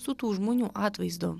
su tų žmonių atvaizdu